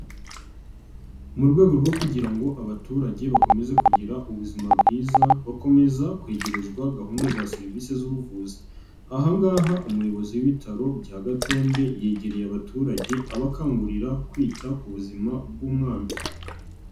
Mu rwego rwo kugira ngo abaturage bakomeze kugira ubuzima bwiza bakomeza kwegerezwa gahunda za serivisi z'ubuvuzi, aha ngaha umuyobozi w'Ibitaro bya Gatonde yegereye abaturage abakangurira kwita ku buzima bw'umwana.